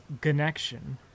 connection